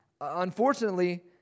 Unfortunately